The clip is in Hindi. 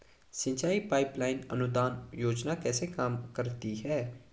सिंचाई पाइप लाइन अनुदान योजना कैसे काम करती है?